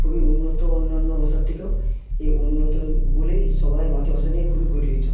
খুবই উন্নত অন্যান্য ভাষার থেকেও এই উন্নত বলেই সবাই মাতৃভাষা নিয়ে খুবই গর্বিত